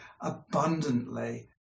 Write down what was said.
abundantly